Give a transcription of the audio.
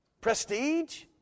Prestige